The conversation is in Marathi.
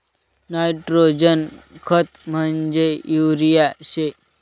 नायट्रोजन खत म्हंजी युरिया शे